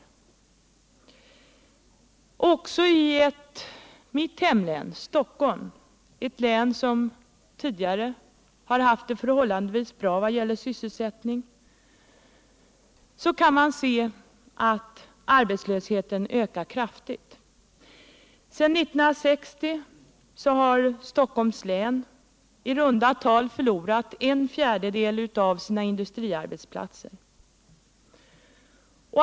Också i mitt hemlän, Stockholms län — ett län som tidigare har haft det förhållandevis bra vad det gäller sysselsättningen — ökar arbetslösheten kraftigt. Sedan 1960 har Stockholms län förlorat i runt tal en fjärdedel av sina industriarbetsplatser.